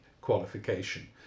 qualification